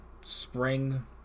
spring